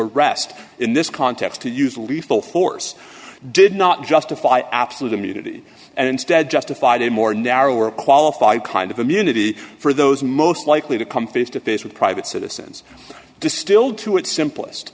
arrest in this context to use lethal force did not justify absolute immunity and instead justified a more narrow or qualified kind of immunity for those most likely to come face to face with private citizens distilled to its simplest